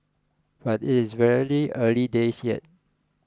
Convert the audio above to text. but it is very early days yet